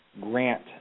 grant